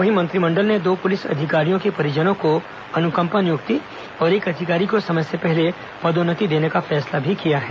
वहीं मंत्रिमंडल ने दो पुलिस अधिकारियों के परिजनों को अनुकंपा नियुक्ति और एक अधिकारी को समय से पहले पदोन्नति देने का फैसला भी किया है